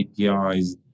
APIs